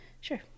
sure